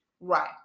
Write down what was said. right